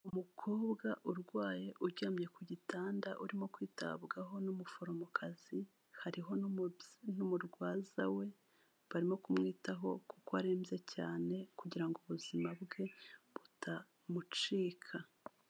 Umukobwa urwaye uryamye ku gitanda urimo kwitabwaho n'umuforomokazi hariho n'umurwaza we barimo kumwitaho kuko arembye cyane kugira ngo ubuzima bwe butamucika.